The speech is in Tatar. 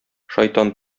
шайтан